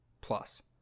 plus